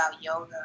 yoga